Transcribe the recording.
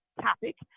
Topic